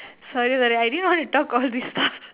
sorry but I didn't want talk all this stuff